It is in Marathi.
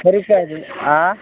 आ